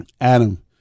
Adam